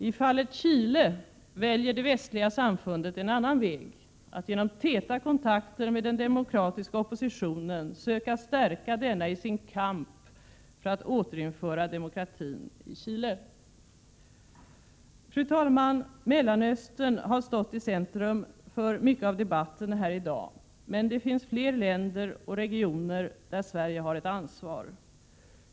I fallet Chile väljer det västliga samfundet en annan väg, att genom täta kontakter med den demokratiska oppositionen söka stärka denna i dess kamp för att återinföra demokratin i Chile. Fru talman! Mellanöstern har stått i centrum för mycket av debatten i dag. Men det finns fler länder och regioner där Sverige har ett ansvar.